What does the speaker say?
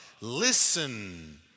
Listen